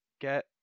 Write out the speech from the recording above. get